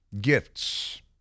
gifts